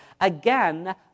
again